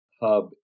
hub